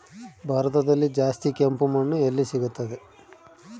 ಭಾರತದಲ್ಲಿ ಜಾಸ್ತಿ ಕೆಂಪು ಮಣ್ಣು ಎಲ್ಲಿ ಸಿಗುತ್ತದೆ?